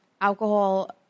alcohol